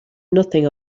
nothing